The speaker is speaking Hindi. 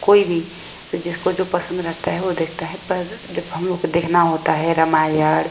कोई भी तो जिसको जो पसंद रहेता है वो देखता है पर जब हम लोग को देखना होता है रामायण